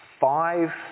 five